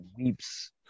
weeps